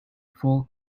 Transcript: full